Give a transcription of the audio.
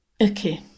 Okay